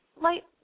light